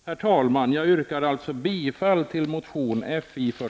Herr talman! Jag yrkar alltså bifall till motion nr